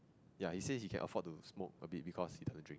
ya he say he can afford to smoke a bit because he doesn't drink